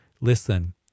listen